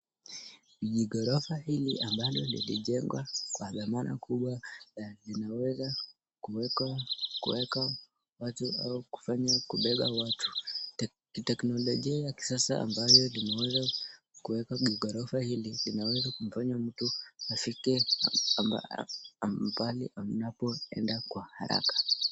Lijighorofa hili ambalo lilijengwa kwa dhamana kubwa na linaweza kuweka watu au kufanya kubeba watu. Ni teknolojia ya kisasa ambayo limeweza kuweka kighorofa hili, linaweza kumfanya mtu afike mbali anapoenda kwa haraka.